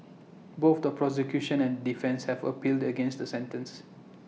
both the prosecution and defence have appealed against the sentence